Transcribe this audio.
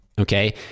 Okay